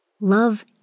Love